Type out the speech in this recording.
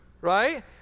right